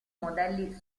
modelli